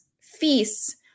feasts